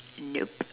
nope